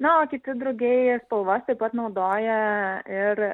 na o kiti drugiai spalvas taip pat naudoja ir